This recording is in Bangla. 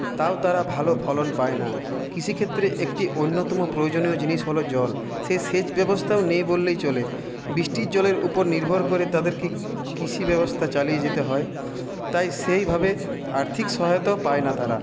তাও তারা ভালো ফলন পায় না কৃষিক্ষেত্রে একটি অন্যতম প্রয়োজনীয় জিনিস হল জল সে সেচ ব্যবস্থাও নেই বললেই চলে বৃষ্টির জলের উপর নির্ভর করে তাদেরকে কৃষিব্যবস্থা চালিয়ে যেতে হয় তাই সেইভাবে আর্থিক সহায়তাও পায় না তারা